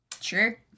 Sure